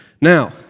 Now